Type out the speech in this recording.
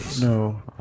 No